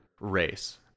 race